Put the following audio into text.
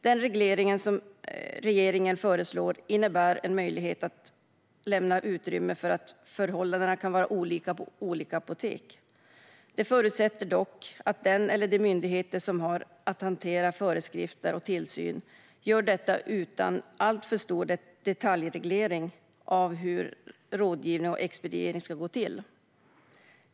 Den reglering som regeringen föreslår innebär en möjlighet att lämna utrymme för att förhållandena kan vara olika på olika apotek. Det förutsätter dock att den eller de myndigheter som har att hantera föreskrifter och tillsyn gör detta utan alltför stor detaljreglering av hur rådgivning och expediering ska gå till.